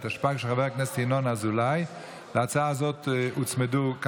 טיבי ואיימן עודה ויוסף עטאונה היו רוצים להצביע נגד.